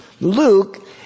Luke